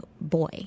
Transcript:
boy